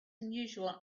unusual